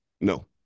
No